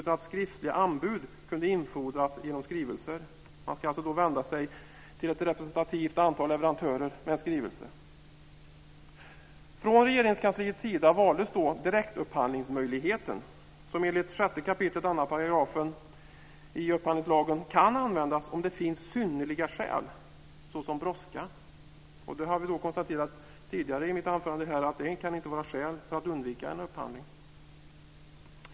Skriftliga anbud kunde infordras genom skrivelser. Man ska alltså vända sig till ett representativt antal leverantörer med en skrivelse. Regeringskansliet valde då direktupphandlingsmöjligheten, som enligt 6 kap. 2 § i upphandlingslagen kan användas om det finns synnerliga skäl såsom brådska. Jag har tidigare i mitt anförande konstaterat att det inte kan var skäl för att undvika en upphandling.